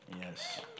Yes